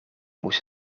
moest